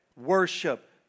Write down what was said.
worship